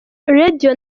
radio